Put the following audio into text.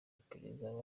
iperereza